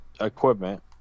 equipment